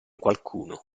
qualcuno